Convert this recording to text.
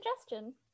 suggestion